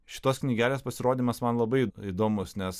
šitos knygelės pasirodymas man labai įdomus nes